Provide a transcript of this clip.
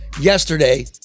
yesterday